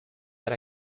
that